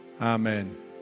Amen